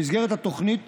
במסגרת התוכנית